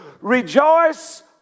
Rejoice